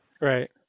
Right